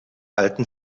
alten